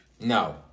No